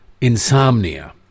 insomnia